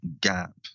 gap